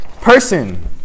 person